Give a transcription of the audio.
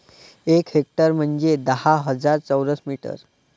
एक हेक्टर म्हंजे दहा हजार चौरस मीटर